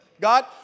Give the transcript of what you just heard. God